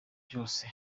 byose